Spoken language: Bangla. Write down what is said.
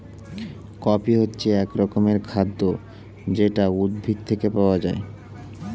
কফি হচ্ছে এক রকমের খাদ্য যেটা উদ্ভিদ থেকে পাওয়া যায়